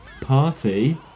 Party